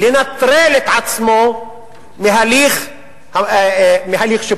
לנטרל את עצמו מהליך שיפוטי.